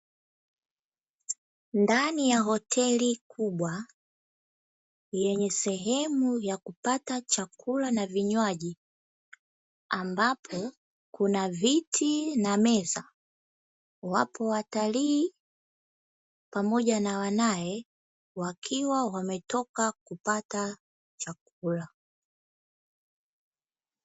Ndani ya hoteli kubwa yenye sehemu ya kupata chakula na vinywaji, ambapo kuna viti na meza. Wapo watalii pamoja na wanae, wakiwa wametoka kupata chakula.